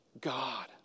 god